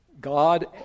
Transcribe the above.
God